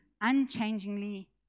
unchangingly